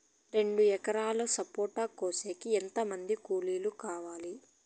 రెండు ఎకరాలు సపోట కోసేకి ఎంత మంది కూలీలు కావాలి?